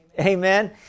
Amen